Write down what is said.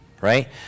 right